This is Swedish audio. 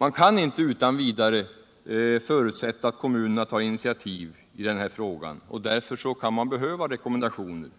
Man kan emellertid inte utan vidare förutsätta att kommunerna tar initiativ i den här frågan, och därför kan de behöva rekommendationer.